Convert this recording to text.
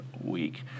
week